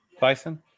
Bison